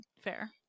Fair